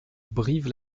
brive